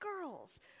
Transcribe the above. girls